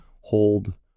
hold